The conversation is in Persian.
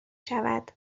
شود